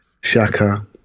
Shaka